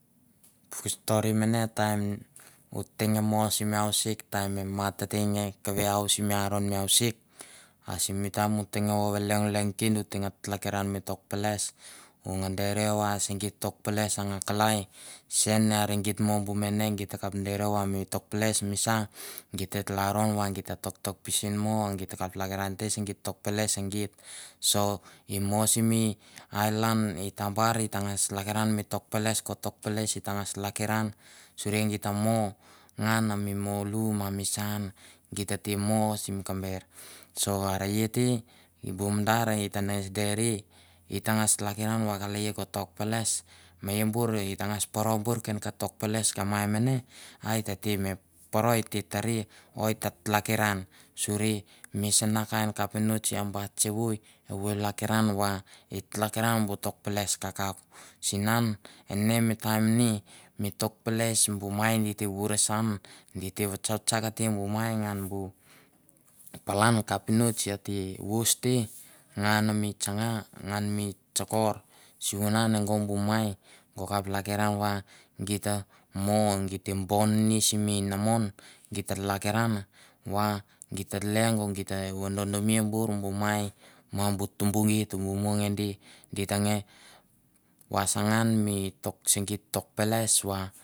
Malan ni malan ni sim taim geit lili ken geit nga lekiran va se geit tok peles e geit kese geit ngas te di kap nge lanim nge geit ngan mi tok pisin, so ita ngas lakiran va e geit mi tokpeles a mo sivunan bu mai di ta si me virei no ngan ko tok peles, a e evoi tete paul. akapate geit te paul o rouvariu te. are i mo mi puk nama u lalro pengan va ma vangase no va ita kap vodon rivia puk sia mi tok peles va bu mai di ta si me ngings no siko inamon. Are i te ma i ta kap vi ngan bu mai i malan e go i sisor go tete ka bot tete me tsar, go tete unda go tete vi nge di a go tete saun. a e gai gei geilalaro namai na me rakpe ka bor evoi engo i sisor a go te rovi e go bu labit vevin, sivunan go kaplak iran mi deng aria ma go kap lakiran na dengari bu mai di ta me bait se go. Tavaker are ia mi puk stori a u laro kliarim ngan de geit va ngas lakiran va vasa mi kapinots a ko bait ven, vasa mi kapinots a ko lus vain. so bu vinvindon amo se geit kakauk va vain ni. Sunan evoi mi mai o madar tete mo ko age ate leong va i tate sa i ta ngas vodomia va.